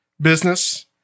business